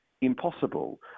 impossible